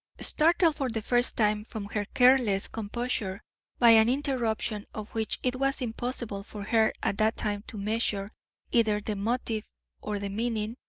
startled for the first time from her careless composure by an interruption of which it was impossible for her at that time to measure either the motive or the meaning,